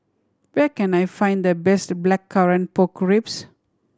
where can I find the best Blackcurrant Pork Ribs